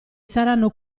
saranno